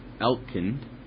Elkind